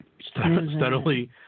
Steadily